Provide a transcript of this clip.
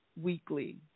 weekly